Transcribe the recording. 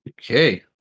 Okay